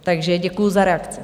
Takže děkuji za reakci.